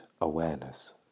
awareness